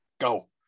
go